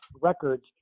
records